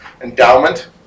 endowment